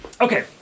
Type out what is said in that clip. Okay